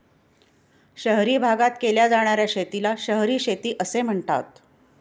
शहरी भागात केल्या जाणार्या शेतीला शहरी शेती असे म्हणतात